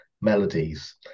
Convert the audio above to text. melodies